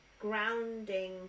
grounding